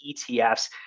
etfs